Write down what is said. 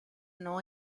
non